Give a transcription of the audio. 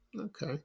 Okay